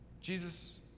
Jesus